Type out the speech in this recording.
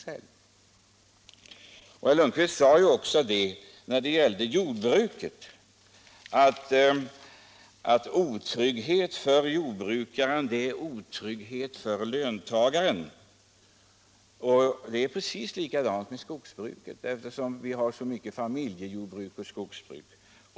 Herr Lundkvist sade ju också, att otrygghet för jordbrukaren är detsamma som otrygghet för löntagaren. Precis samma sak gäller för skogsbrukaren, eftersom vi har så många familjejordbruk med skogsbruk.